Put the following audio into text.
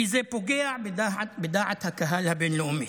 כי זה פוגע בדעת הקהל הבין-לאומית.